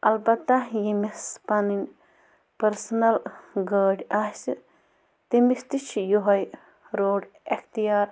البتہ ییٚمِس پَنٕنۍ پٔرسٕنَل گٲڑۍ آسہِ تٔمِس تہِ چھِ یِہوٚے روڈ اختِیار